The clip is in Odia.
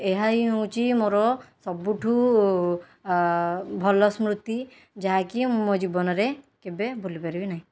ଏହା ହିଁ ହେଉଛି ମୋର ସବୁଠୁ ଭଲ ସ୍ମୃତି ଯାହାକି ମୁଁ ମୋ ଜୀବନରେ କେବେ ଭୁଲି ପାରିବି ନାହିଁ